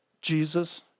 Jesus